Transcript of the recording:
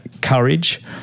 courage